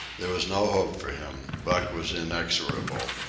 there was no hope for him. buck was inexorable.